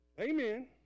Amen